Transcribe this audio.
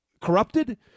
corrupted